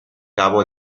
cabo